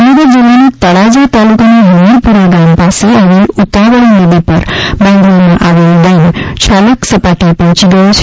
ભાવનગર જિલ્લાના તળાજા તાલુકાના હમીરપુરા ગામ પાસે આવેલ ઉતાવળી નદી પર બાંધવામાં આવેલ ડેમ છાલક સપાટીએ પહોંચી ગયો છે